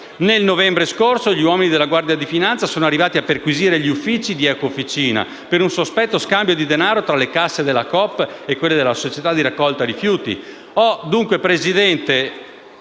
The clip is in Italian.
nel novembre scorso gli uomini della Guardia di finanza sono arrivati a perquisire gli uffici di Ecofficina per un sospetto scambio di denaro tra le casse della Coop e quelle della società di raccolta rifiuti.